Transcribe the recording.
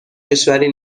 کشوری